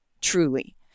Truly